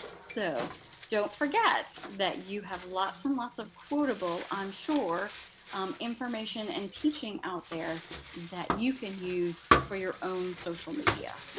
so don't forget that you have lots and lots of quotable um information and teaching out there that you can use for your own social media.